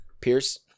pierce